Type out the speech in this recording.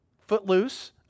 Footloose